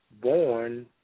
born